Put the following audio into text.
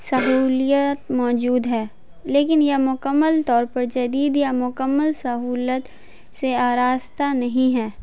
سہولت موجود ہے لیکن یہ مکمل طور پر جدید یا مکمل سہولت سے آراستہ نہیں ہے